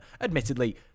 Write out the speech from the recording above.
admittedly